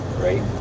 right